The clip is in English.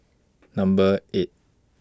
Number eight